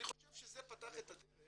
אני חושב שזה מה שפתח את הדרך